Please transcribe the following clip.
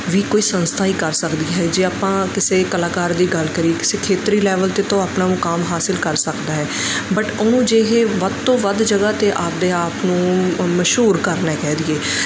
ਵੀ ਕੋਈ ਸੰਸਥਾ ਹੀ ਕਰ ਸਕਦੀ ਹੈ ਜੇ ਆਪਾਂ ਕਿਸੇ ਕਲਾਕਾਰ ਦੀ ਗੱਲ ਕਰੀਏ ਕਿਸੇ ਖੇਤਰੀ ਲੈਵਲ 'ਤੇ ਤਾਂ ਉਹ ਆਪਣਾ ਮੁਕਾਮ ਹਾਸਿਲ ਕਰ ਸਕਦਾ ਹੈ ਬਟ ਉਹਨੂੰ ਜੇ ਇਹ ਵੱਧ ਤੋਂ ਵੱਧ ਜਗ੍ਹਾ ਤੇ ਆਪਦੇ ਆਪ ਨੂੰ ਮਸ਼ਹੂਰ ਕਰਨਾ ਕਹਿ ਦਈਏ